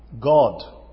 God